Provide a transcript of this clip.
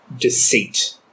deceit